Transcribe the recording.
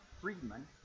Friedman